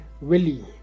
Willie